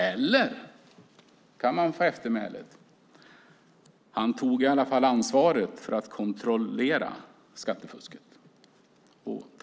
Eller ska eftermälet bli att han i alla fall tog ansvaret för att kontrollera skattefusket?